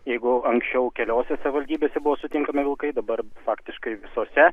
jeigu anksčiau keliose savivaldybėse buvo sutinkami vilkai dabar faktiškai visose